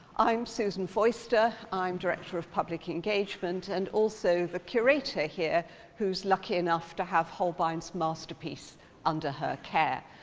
i'm susan foister, i'm director of public engagement and also the curator here who's lucky enough to have holstein's masterpiece under her care.